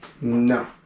No